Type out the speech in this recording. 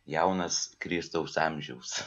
jaunas kristaus amžiaus